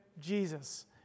Jesus